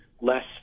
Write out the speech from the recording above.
less